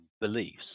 beliefs